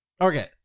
Okay